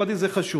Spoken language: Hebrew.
ולדעתי זה חשוב.